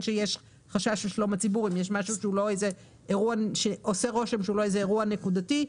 יש פה משהו שהוא לא מובן כל כך.